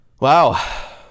Wow